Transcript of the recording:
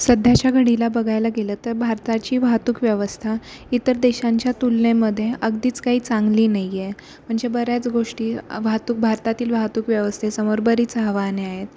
सध्याच्या घडीला बघायला गेलं तर भारताची वाहतूक व्यवस्था इतर देशांच्या तुलनेमध्ये अगदीच काही चांगली नाही आहे म्हणजे बऱ्याच गोष्टी वाहतूक भारतातील वाहतूक व्यवस्थेसमोर बरीच आव्हाने आहेत